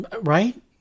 right